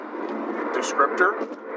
descriptor